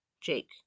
Jake